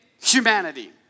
humanity